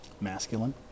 masculine